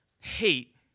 hate